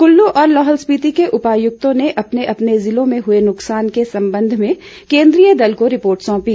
कुल्लू और लाहौल स्पिति के उपायुक्तों ने अपने अपने जिलों में हुए नुकसान के संबंध में केन्द्रीय दल को रिपोर्ट सौंपी